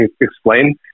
explain